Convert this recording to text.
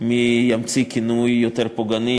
מי ימציא כינוי יותר פוגעני,